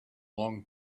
long